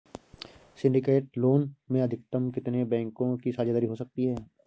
Syndicate loan में अधिकतम कितने बैंकों की साझेदारी हो सकती है?